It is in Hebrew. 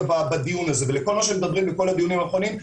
בדיון הזה ולכל מה שמדברים בכל הדיונים האחרונים,